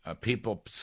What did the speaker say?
People